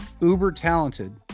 uber-talented